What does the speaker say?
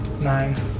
Nine